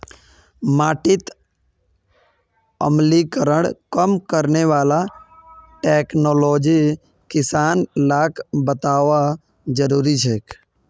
माटीत अम्लीकरण कम करने वाला टेक्नोलॉजी किसान लाक बतौव्वा जरुरी छेक